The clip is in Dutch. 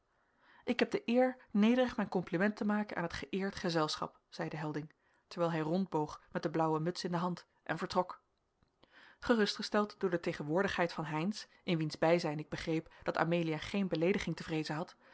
ik heb de eer nederig mijn compliment te maken aan het geëerd gezelschap zeide helding terwijl hij rondboog met de blauwe muts in de hand en vertrok gerustgesteld door de tegenwoordigheid van heynsz in wiens bijzijn ik begreep dat amelia geene beleediging te vreezen had